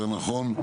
יותר נכון,